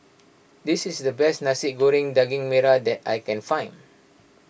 this is the best Nasi Goreng Daging Merah that I can find